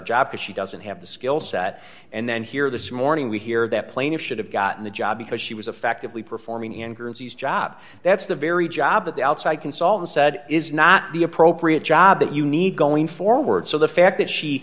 job because she doesn't have the skill set and then here this morning we hear that plaintiff should have gotten the job because she was affectively performing in groups whose job that's the very job that the outside consultant said is not the appropriate job that you need going forward so the fact that she